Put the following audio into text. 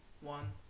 one